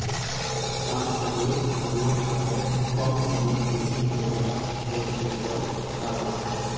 प्लांटरेर प्रयोग करे कम समयत बेसी जोगहत पौधरोपण करवा सख छी